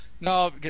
no